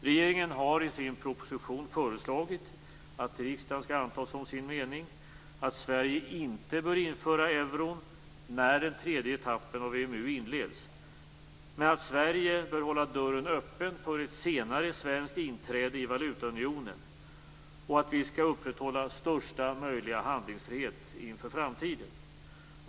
Regeringen har i sin proposition föreslagit att riksdagen som sin mening skall anta att Sverige inte bör införa euron när den tredje etappen av EMU inleds men att Sverige bör hålla dörren öppen för ett senare svenskt inträde i valutaunionen samt upprätthålla största möjliga handlingsfrihet inför framtiden.